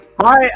hi